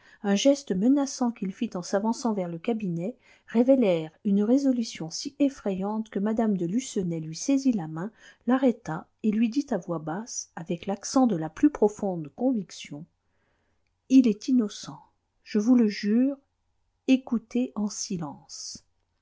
un geste menaçant qu'il fit en s'avançant vers le cabinet révélèrent une résolution si effrayante que mme de lucenay lui saisit la main l'arrêta et lui dit à voix basse avec l'accent de la plus profonde conviction il est innocent je vous le jure écoutez en silence